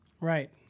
Right